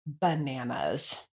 Bananas